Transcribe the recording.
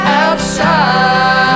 outside